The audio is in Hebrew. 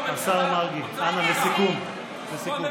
השר מרגי, נא לסכם.